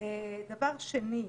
דבר שני,